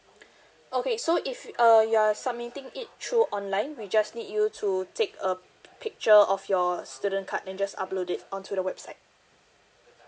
okay so if uh you're submitting it through online we just need you to take a picture of your student card then just upload it onto the website